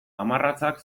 hamarratzak